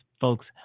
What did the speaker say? folks